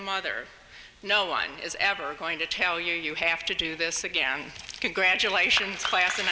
mother no one is ever going to tell you you have to do this again congratulations class